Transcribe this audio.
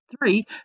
three